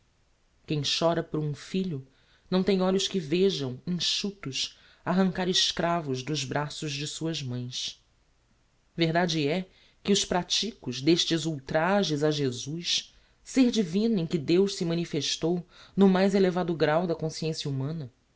quem chora por um filho não tem olhos que vejam enxutos arrancar escravos dos braços de suas mães verdade é que os praticos d'estes ultrajes a jesus ser divino em que deus se manifestou no mais elevado grau da consciencia